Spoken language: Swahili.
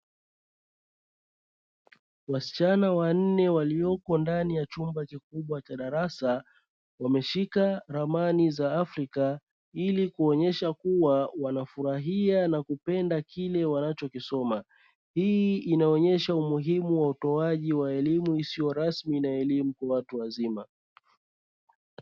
Wasichana wanne waliopo ndani ya chumba kikubwa cha darasa wameshika ramani za Afrika ili kuonyesha kuwa wanafurahia na kupenda kile wanachokisoma. Hii inaonyesha umuhimu wa utoaji wa elimu isiyo rasmi na elimu kwa watu wazima.